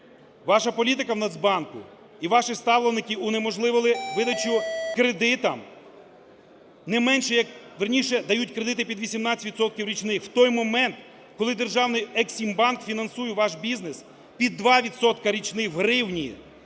Ваша політика в Нацбанку і ваші ставленики унеможливили видачу кредиту не менше як, вірніше, дають кредити під 18 відсотків річних, в той момент, коли державний "Ексімбанк" фінансує ваш бізнес під 2 відсотка річних в гривні.